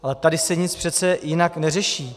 Ale tady se nic přece jinak neřeší.